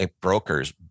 brokers